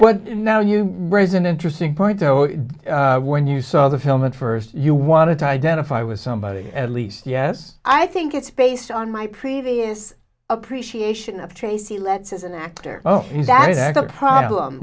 ok now you raise an interesting point though is when you saw the film at first you wanted to identify with somebody at least yes i think it's based on my previous appreciation of tracy letts as an actor oh that is actor problem